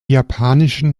japanischen